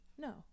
no